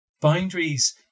Boundaries